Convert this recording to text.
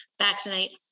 vaccinate